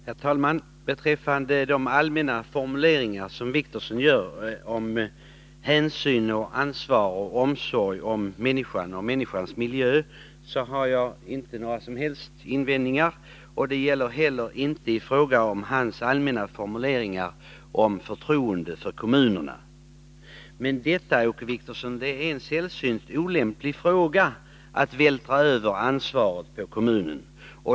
Herr talman! Beträffande Åke Wictorssons allmänna formuleringar om hänsyn till, ansvar för och omsorg om människan och människans miljö, har jag inte några som helst invändningar mot dem. Det gäller inte heller i fråga om hans allmänna formuleringar om förtroende för kommunerna. Men detta är, Åke Wictorsson, en sällsynt olämplig fråga att vältra över ansvaret för på kommunerna.